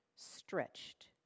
Stretched